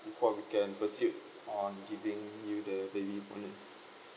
before we can pursuit on giving you the baby bonus